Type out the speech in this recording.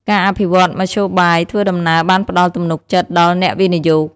ការអភិវឌ្ឍមធ្យោបាយធ្វើដំណើរបានផ្តល់ទំនុកចិត្តដល់អ្នកវិនិយោគ។